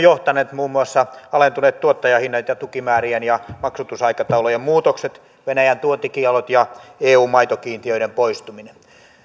johtaneet muun muassa alentuneet tuottajahinnat ja tukimäärien ja maksatusaikataulujen muutokset venäjän tuontikiellot ja eun maitokiintiöiden poistuminen